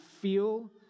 feel